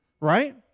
Right